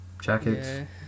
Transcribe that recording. Jackets